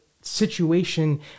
situation